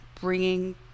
bringing